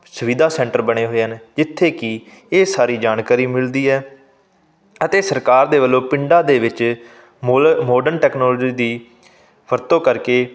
ਸੁਵਿਧਾ ਸੈਂਟਰ ਬਣੇ ਹੋਏ ਹਨ ਜਿੱਥੇ ਕਿ ਇਹ ਸਾਰੀ ਜਾਣਕਾਰੀ ਮਿਲਦੀ ਹੈ ਅਤੇ ਸਰਕਾਰ ਦੇ ਵਲੋਂ ਪਿੰਡਾਂ ਦੇ ਵਿੱਚ ਮੋਲ ਮੋਡਰਨ ਤਕਨੋਲਜੀ ਦੀ ਵਰਤੋਂ ਕਰਕੇ